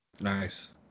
Nice